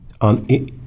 on